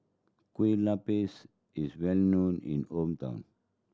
Kueh Lapis is well known in hometown